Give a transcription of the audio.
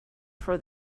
for